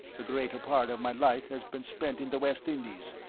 the greater part of my life has been spent in the west indies,